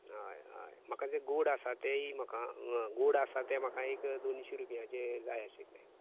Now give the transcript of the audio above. होय होय म्हाका ते गोड आसा तेयीय म्हाका गोड आसा ते म्हाका एक दोनशे रुपयांचे जाय आशिल्ले